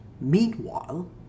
Meanwhile